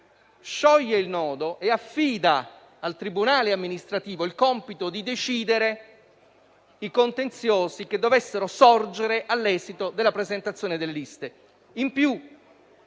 scioglie il nodo e affida al tribunale amministrativo il compito di decidere i contenziosi che dovessero sorgere all'esito della presentazione delle liste.